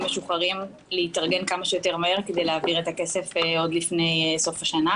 משוחררים להתארגן כמה שיותר מהר כדי להעביר את הכסף עוד לפני סוף השנה.